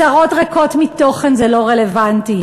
הצהרות ריקות מתוכן זה לא רלוונטי.